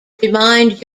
remind